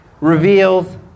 reveals